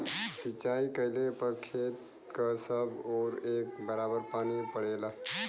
सिंचाई कइले पर खेत क सब ओर एक बराबर पानी पड़ेला